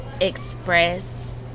Express